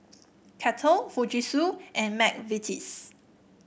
Kettle Fujitsu and McVitie's